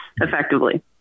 effectively